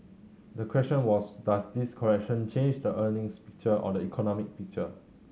the question was does this correction change the earnings picture or the economic picture